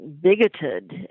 bigoted